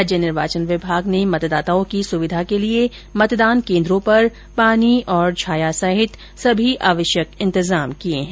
राज्य निर्वाचन विभाग ने मतदाताओं की सुविधा के लिए मतदान केन्द्रों पर पानी और छाया सहित सभी आवश्यक इंतजाम किये है